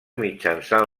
mitjançant